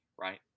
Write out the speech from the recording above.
right